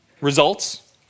results